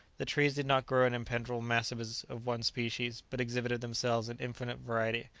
the trees did not grow in impenetrable masses of one species, but exhibited themselves in infinite variety.